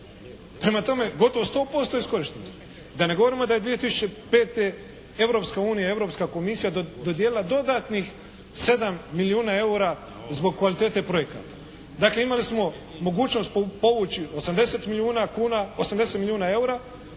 Prema tome gotovo 100% iskorištenosti. Da ne govorimo da je 2005. Europska unija, Europska komisija dodijelila dodatnih 7 milijuna EUR-a zbog kvalitete projekata. Dakle imali smo mogućnost povući 80 milijuna kuna,